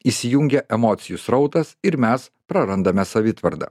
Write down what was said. įsijungia emocijų srautas ir mes prarandame savitvardą